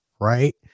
right